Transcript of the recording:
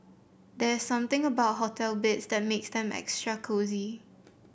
there's something about hotel beds that makes them extra cosy